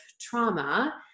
trauma